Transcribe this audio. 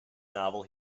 novel